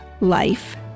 life